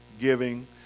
giving